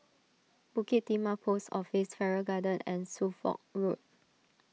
Bukit Timah Post Office Farrer Garden and Suffolk Road